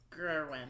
Gerwin